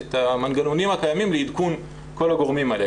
את המנגנונים הקיימים לעדכון כל הגורמים האלה,